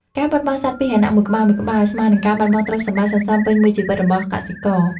ការបាត់បង់សត្វពាហនៈមួយក្បាលៗ ស្មើនឹងការបាត់បង់ទ្រព្យសម្បត្តិសន្សំពេញមួយជីវិតរបស់កសិករ។